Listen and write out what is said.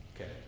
Okay